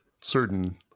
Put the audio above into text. certain